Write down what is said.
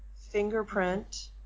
Fingerprint